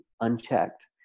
unchecked